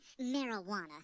marijuana